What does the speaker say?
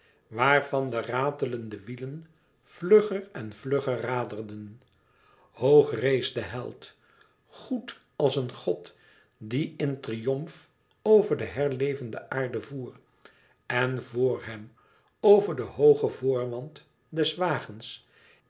waarvan de ratelende wielen vlugger en vlugger raderden hoog rees de held goed als een god die in triomf over de herlevende aarde voer en voor hem over den hoogen voorwand des wagens